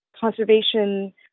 conservation